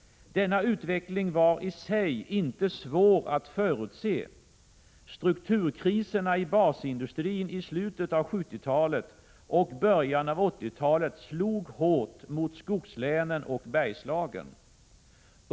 Denna utveckling var i sig inte svår att förutse. Strukturkriserna i basindustrin i slutet av 1970-talet och början av 1980-talet slog hårt mot skogslänen och Bergslagen.